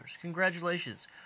Congratulations